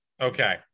Okay